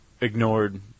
ignored